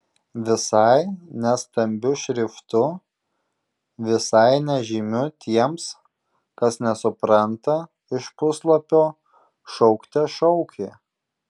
visai ne stambiu šriftu visai nežymiu tiems kas nesupranta iš puslapio šaukte šaukė